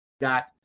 got